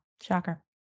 Shocker